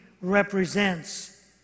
represents